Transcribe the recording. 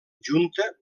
junta